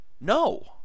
No